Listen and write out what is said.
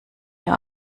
ihr